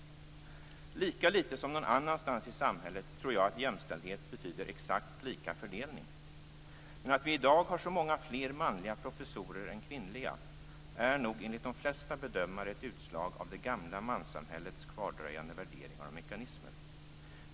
Lika litet som någon annanstans i samhället tror jag att jämställdhet här betyder exakt lika fördelning. Men att vi i dag har så många fler manliga professorer än kvinnliga är nog enligt de flesta bedömare ett utslag av det gamla manssamhällets kvardröjande värderingar och mekanismer.